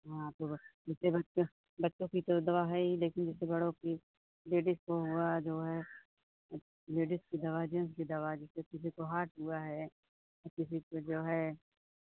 हाँ तो ब् छोटे बच्च बच्चों की तो दवा है ही लेकिन जैसे बड़ों की लेडिस को हुआ जो है लेडिस की दवा जेंट्स की दवा जैसे किसी को हार्ट हुआ है और किसी को जो है